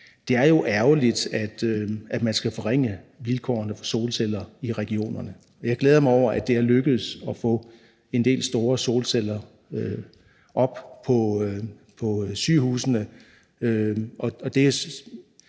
Det er jo ærgerligt, at man skal forringe vilkårene for solceller i regionerne, og jeg glæder mig over, at det er lykkedes at få en del store solcelleanlæg op på sygehusene.